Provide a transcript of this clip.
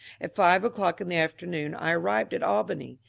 at five o'clock in the afternoon i arrived at albany.